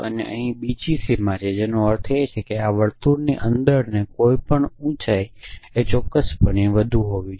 અને અહીંની બીજી સીમા અને તેનો અર્થ એ છે કે આ વર્તુળની અંદરની કોઈપણની ઉંચાઇ ચોક્કસપણે વધુ હોય છે